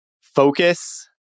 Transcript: focus